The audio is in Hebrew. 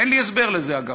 אין לי הסבר לזה, אגב.